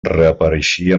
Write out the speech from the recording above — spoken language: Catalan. reapareixia